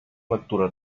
lectura